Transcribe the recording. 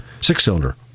Six-cylinder